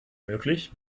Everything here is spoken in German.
möglich